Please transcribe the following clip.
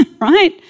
right